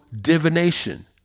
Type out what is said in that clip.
divination